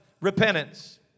repentance